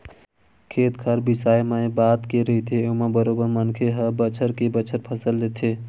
खेत खार बिसाए मए बात के रहिथे ओमा बरोबर मनखे ह बछर के बछर फसल लेथे